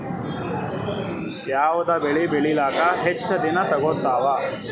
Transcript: ಯಾವದ ಬೆಳಿ ಬೇಳಿಲಾಕ ಹೆಚ್ಚ ದಿನಾ ತೋಗತ್ತಾವ?